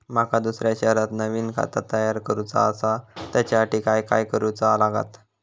माका दुसऱ्या शहरात नवीन खाता तयार करूचा असा त्याच्यासाठी काय काय करू चा लागात?